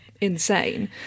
insane